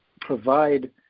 provide